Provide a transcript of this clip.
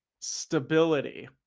stability